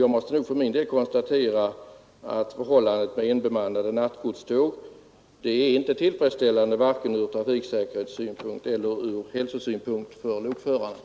Jag måste för min del konstatera att förhållandet med enbemannade nattgodståg inte är tillfredsställande vare sig ur trafiksäkerhetsynpunkt eller ur hälsosynpunkt för lokföraren.